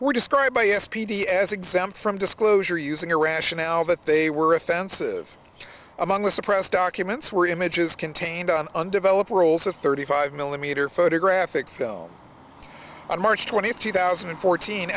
were destroyed by s p d as exempt from disclosure using a rationale that they were offensive among the suppressed documents were images contained on undeveloped rolls of thirty five millimeter photographic film on march twentieth two thousand and fourteen